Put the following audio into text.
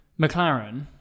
McLaren